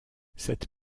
cette